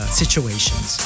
situations